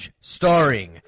starring